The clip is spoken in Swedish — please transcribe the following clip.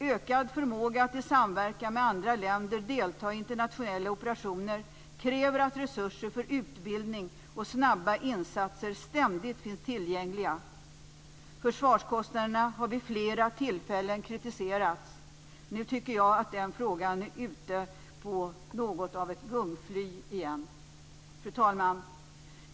Ökad förmåga att i samverkan med andra länder delta i internationella operationer kräver att resurser för utbildning och snabba insatser ständigt finns tillgängliga. Försvarskostnaderna har vid flera tillfällen kritiserats. Nu tycker jag att den frågan är ute på något av ett gungfly igen. Fru talman!